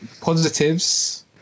Positives